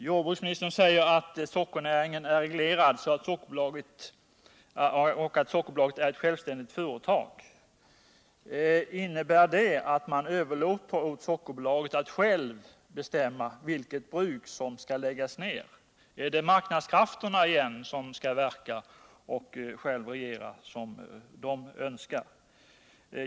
Jordbruksministern säger i svaret att sockernäringen är reglerad men att Sockerbolaget är ett självständigt företag. Innebär det att man överlåter åt Sockerbolaget att självt bestämma vilket bruk som skall läggas ned? Är det marknadskrafterna igen som skall verka och själva regera som de önskar?